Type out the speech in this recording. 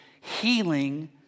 healing